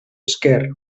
esker